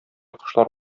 кошлар